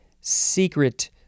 secret